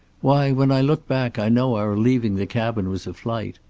why, when i look back, i know our leaving the cabin was a flight.